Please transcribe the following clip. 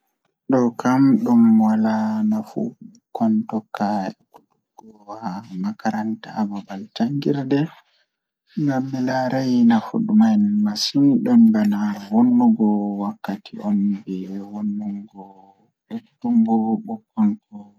Ɗokam ɗum Wala nafu ɓikkon tokka jangugo haa makaranta poemin waɗtude heɓugol ko moƴƴi e jango e keewɗi ngam inndiyanke. Ɓe waɗtude poemin heɓugol goɗɗum e neɗɗo ngam fotta koɓe ngalle e sabu ngaawde waɗtude ko moƴƴi e leƴƴi. Poemin suudu ɗum fof woni o wawɗi ɗum fowru ngal, kadi ɓe heɓugol tawtude ngam tawtugol neɗɗo, njilli laawol e safara.